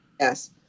Yes